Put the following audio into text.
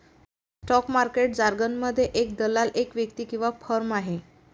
stock market जारगनमध्ये, एक दलाल एक व्यक्ती किंवा फर्म आहे